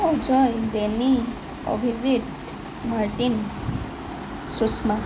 Ajay Denny Abhijit Martin Sushma